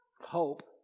hope